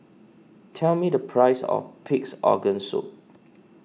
tell me the price of Pig's Organ Soup